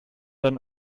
dann